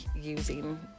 using